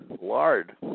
lard